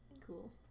cool